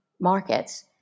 markets